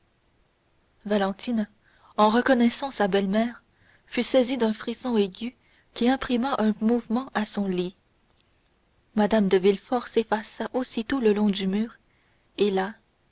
valentine en reconnaissant sa belle-mère fut saisie d'un frisson aigu qui imprima un mouvement à son lit madame de villefort s'effaça aussitôt le long du mur et là